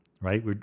right